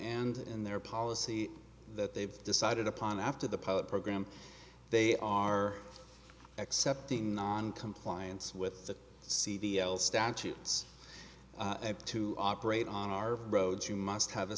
and in their policy that they've decided upon after the pilot program they are accepting noncompliance with the c b l statutes to operate on our road to must have a